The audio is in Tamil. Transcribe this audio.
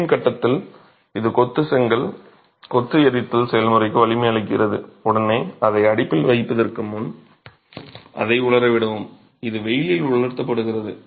எரியும் கட்டத்தில் இது கொத்து செங்கல் கொத்து எரித்தல் செயல்முறைக்கு வலிமை அளிக்கிறது உடனே அதை அடுப்பில் வைப்பதற்கு முன் அதை உலர விடவும் இது வெயிலில் உலர்த்தப்படுகிறது